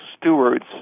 stewards